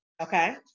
Okay